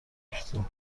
ریختین